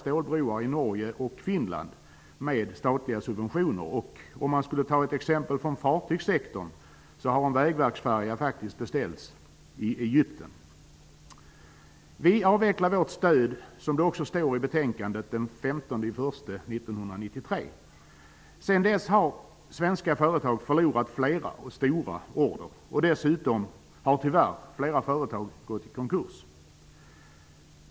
När man ser ut över varvsvärlden kan man konstatera att nästan alla länder lämnar någon form av stöd till sin varvsindustri men också till annan tyngre produktion. Som nämns i betänkandet avvecklade vi vårt stöd den 15 januari 1993. Sedan dess har svenska företag förlorat flera och stora order, och dessutom har tyvärr flera företag gått i konkurs.